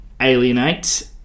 Alienate